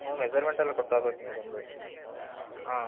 ಹ್ಞೂ ಮೆಸರ್ಮೆಂಟ್ ಎಲ್ಲ ಕೊಟ್ಟು ಹೋಗಬೇಕು ನೀವು ಬಂದು ಹಾಂ